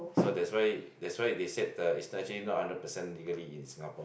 so that's why that's why they said the is actually not hundred percent legally in Singapore